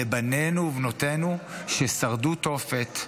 לבנינו ובנותינו ששרדו תופת,